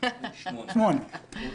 ב-17:48.